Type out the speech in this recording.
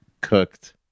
cooked